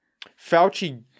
Fauci